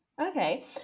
Okay